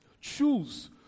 Choose